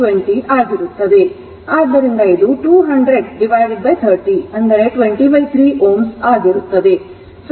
ಸಮಯ ಸ್ಥಿರಾಂಕ τ c R Thevenin ಆಗಿರುತ್ತದೆ